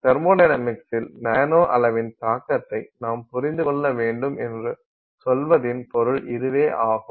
தெர்மொடைனமிக்ஸில் nano அளவின் தாக்கத்தை நாம் புரிந்து கொள்ள வேண்டும் என்று சொல்வதின் பொருள் இதுவே ஆகும்